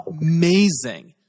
amazing